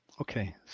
Okay